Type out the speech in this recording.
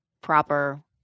proper